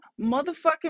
motherfucking